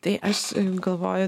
tai aš galvoju